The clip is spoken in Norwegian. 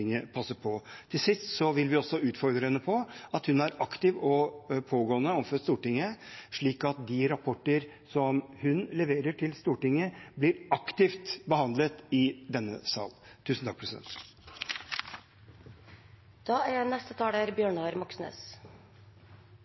på. Til sist vil vi utfordre henne på at hun er aktiv og pågående overfor Stortinget, slik at de rapporter som hun leverer til Stortinget, blir aktivt behandlet i denne sal.